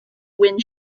wind